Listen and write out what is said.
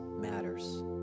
matters